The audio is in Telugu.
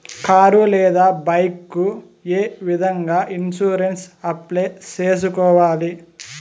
కారు లేదా బైకు ఏ విధంగా ఇన్సూరెన్సు అప్లై సేసుకోవాలి